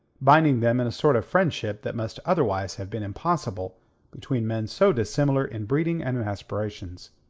binding them in a sort of friendship that must otherwise have been impossible between men so dissimilar in breeding and in aspirations.